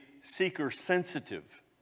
seeker-sensitive